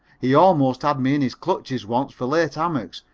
he almost had me in his clutches once for late hammocks,